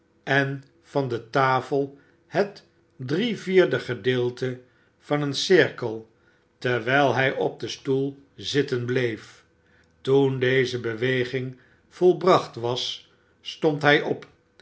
en van de tafel het drievierde gedeelte van een cirkel terwijl hij op den stoel zitten bleef toen deze beweging volbracht was stond hij op